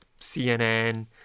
CNN